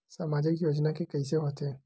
सामाजिक योजना के कइसे होथे?